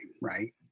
right